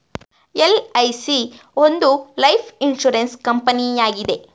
LIC ಒಂದು life insurance ಕಂಪನಿಯಾಗಿದೆ